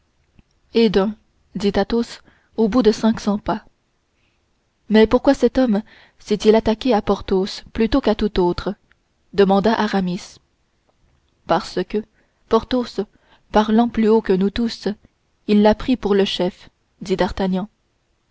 et d'un dit athos au bout de cinq cents pas mais pourquoi cet homme s'est-il attaqué à porthos plutôt qu'à tout autre demanda aramis parce que porthos parlant plus haut que nous tous il l'a pris pour le chef dit